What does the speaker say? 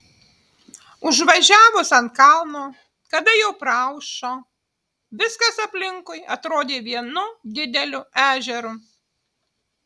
užvažiavus ant kalno kada jau praaušo viskas aplinkui atrodė vienu dideliu ežeru